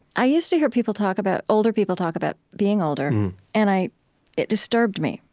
i used to hear people talk about older people talk about being older and i it disturbed me.